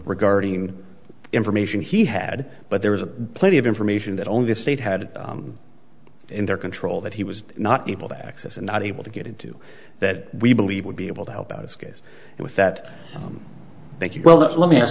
regarding information he had but there was plenty of information that only the state had in their control that he was not able to access and not able to get into that we believe would be able to help out his case and with that thank you well let me ask